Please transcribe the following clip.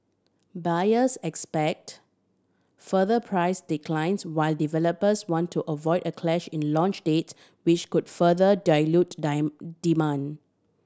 buyers expect further price declines while developers want to avoid a clash in launch date which could further dilute demand